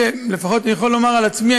לפחות אני יכול לומר על עצמי,